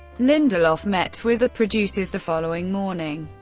lindelof met with the producers the following morning,